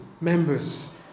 members